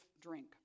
drink